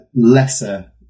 lesser